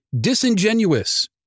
disingenuous